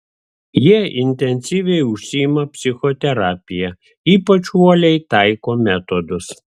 jie intensyviai užsiima psichoterapija ypač uoliai taiko metodus